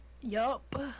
Yup